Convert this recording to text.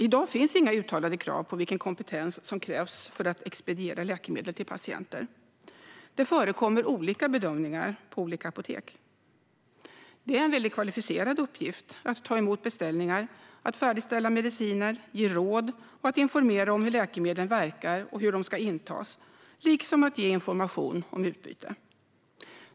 I dag finns inga uttalade krav på vilken kompetens som krävs för att expediera läkemedel till patienter. Det förekommer olika bedömningar på olika apotek. Det är en väldigt kvalificerad uppgift att ta emot beställningar, färdigställa mediciner, ge råd och informera om hur läkemedel verkar och hur de ska intas, liksom att ge information om utbyte.